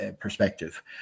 perspective